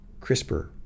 CRISPR